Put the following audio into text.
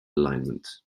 alignment